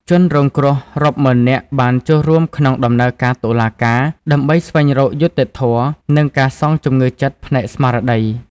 ជនរងគ្រោះរាប់ម៉ឺននាក់បានចូលរួមក្នុងដំណើរការតុលាការដើម្បីស្វែងរកយុត្តិធម៌ និងការសងជំងឺចិត្តផ្នែកស្មារតី។